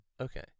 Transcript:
Okay